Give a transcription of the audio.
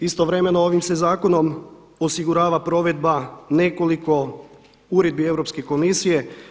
Istovremeno ovim se zakonom osigurava provedba nekoliko uredbi Europske komisije.